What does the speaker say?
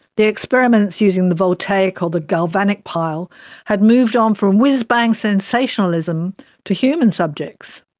the experiments using the voltaic or the galvanic pile had moved on from whizzbang sensationalism to human subjects.